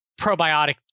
probiotic